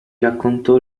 raccontò